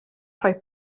rhoi